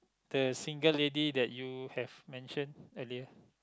the single lady that you have mention earlier